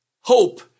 hope